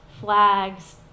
flags